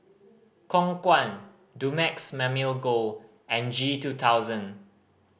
Khong Guan Dumex Mamil Gold and G two thousand